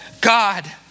God